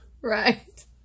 right